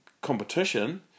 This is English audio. competition